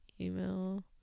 email